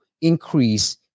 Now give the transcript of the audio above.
Increase